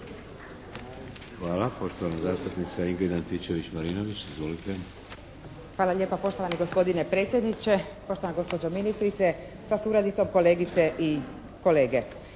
Hvala. Poštovana zastupnica Ingrid Antičević-Marinović. Izvolite. **Antičević Marinović, Ingrid (SDP)** Hvala lijepa poštovani gospodine predsjedniče, poštovana gospođo ministrice sa suradnicom, kolegice i kolege.